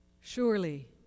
Surely